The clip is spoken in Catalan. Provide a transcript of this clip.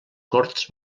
corts